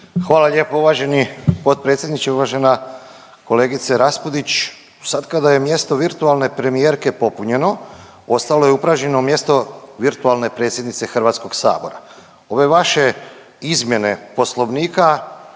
Hvala lijepo uvaženi potpredsjedniče. Uvažena kolegice Raspudić, sad kada je mjesto virtualne premijerke popunjeno ostalo je upražnjeno mjesto virtualne predsjednice Hrvatskog sabora. Ove vaše izmjene Poslovnika